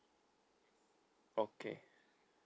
okay